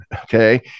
okay